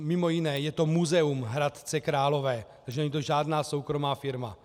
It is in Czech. Mimo jiné je to muzeum Hradce Králové, není to žádná soukromá firma.